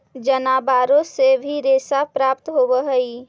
जनावारो से भी रेशा प्राप्त होवऽ हई